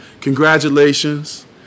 Congratulations